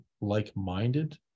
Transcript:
like-minded